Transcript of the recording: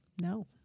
No